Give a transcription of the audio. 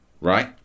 right